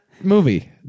movie